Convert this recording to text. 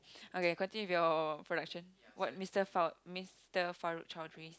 okay continue with your production what Mister Fa~ Mister Farouk-Chaouni